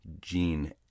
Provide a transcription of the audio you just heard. Gene